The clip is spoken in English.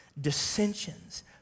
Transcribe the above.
dissensions